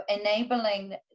enabling